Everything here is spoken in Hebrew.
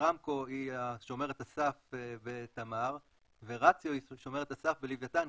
ישראמקו היא שומרת הסף בתמר ורציו היא שומרת הסף בלווייתן,